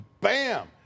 Bam